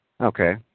Okay